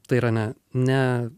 tai yra ne ne